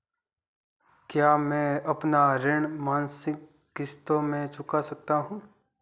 क्या मैं अपना ऋण मासिक किश्तों में चुका सकता हूँ?